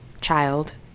child